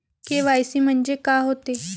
KYC म्हंनजे का होते?